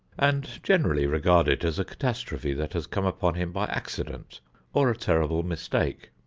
and generally regard it as a catastrophe that has come upon him by accident or a terrible mistake.